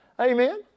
Amen